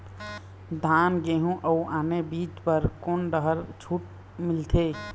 धान गेहूं अऊ आने बीज बर कोन डहर छूट मिलथे?